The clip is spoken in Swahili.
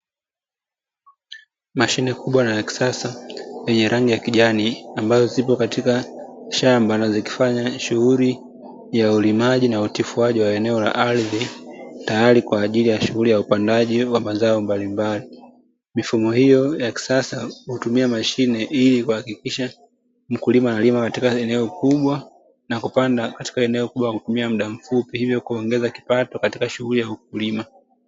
Mashine kubwa na ya kisasa yenye rangi ya kijani ambazo zipo katika shamba na zikifanya shughuli ya ulimaji na utifuaji wa eneo la ardhi tayari kwa ajili ya shughuli ya upandaji wa mazao mbalimbali. mifumo hiyo ya kisasa hutumia mashine ili kuhakikisha mkulima analima katika eneo kubwa nakupanda katika eneo kubwa kwa kutumia mda mfupi hivyo kuongeza kipato katika shughuli ya ukulima.